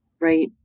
Right